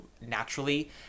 naturally